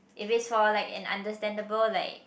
if it's for understandable like